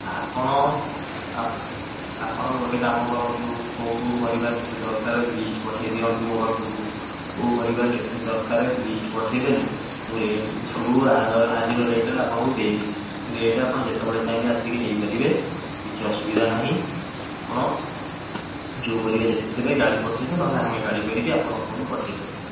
ଆପଣ ଆପଣ ଗୋଟେ କାମ କରନ୍ତୁ କେଉଁ କେଉଁ ପରିବା କେତେ ଦରକାର ଲିଷ୍ଟ୍ ପଠାଇ ଦିଅନ୍ତୁ ମୋ ପାଖକୁ କେଉଁ ପରିବା କେତେ ଦରକାର ଲିଷ୍ଟ୍ ପଠାଇ ଦେଲେ ମୁଁ ରେଟ୍ ସବୁ ଆଜିର ରେଟ୍ରେ ଆପଣଙ୍କୁ ଦେଇଦେବି ରେଟ୍ ଆପଣ ଯେତେବେଳେ ଆସି ନେଇପାରିବେ କିଛି ଅସୁବିଧା ନାହିଁ ଆପଣ ଯେଉଁ ପରିବା ଯେତିକି ଦେବେ ଗାଡ଼ି ପଠାଇ ଦେବେ ନହେଲେ ଆମେ ଗାଡି କରିକି ଆପଣ ପାଖକୁ ପଠାଇଦେବୁ